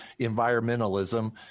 environmentalism